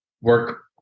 work